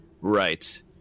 Right